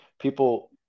people